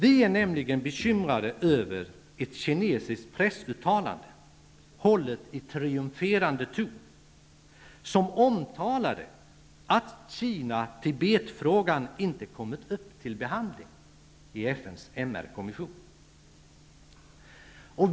Vi är nämligen bekymrade över ett kinesiskt pressuttalande, hållet i triumferande ton, som omtalade att Kina--Tibet-frågan inte kommit upp till behandling i FN:s MR-kommission.